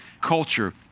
culture